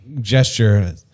gesture